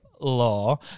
law